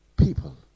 people